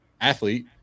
athlete